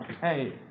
Hey